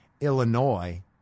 Illinois